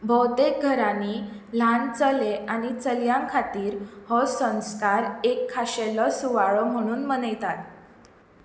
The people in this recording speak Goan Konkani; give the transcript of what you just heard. भोवतेक घरांनी ल्हान चले आनी चलयांखातीर हो संस्कार एक खाशेलो सुवाळो म्हणुन मनयतात